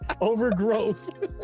overgrowth